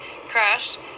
crashed